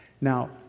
Now